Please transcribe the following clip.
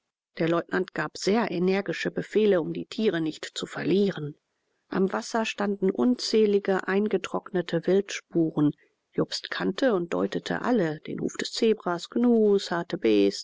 der leutnant gab sehr energische befehle um die tiere nicht zu verlieren am wasser standen unzählige eingetrocknete wildspuren jobst kannte und deutete alle den huf des zebras gnus